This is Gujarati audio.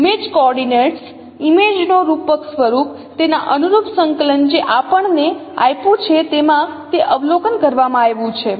ઇમેજ કોઓર્ડિનેટ્સ ઇમેજનો રૂપક સ્વરૂપ તેના અનુરૂપ સંકલન જે આપણને આપ્યું છે તેમાં તે અવલોકન કરવામાં આવ્યું છે